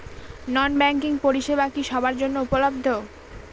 নন banking পরিষেবা কি সবার জন্য উপলব্ধ?